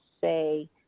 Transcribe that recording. say